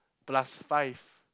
plus five